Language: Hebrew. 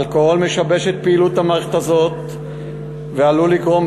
האלכוהול משבש את פעילות המערכת הזאת ועלול לגרום,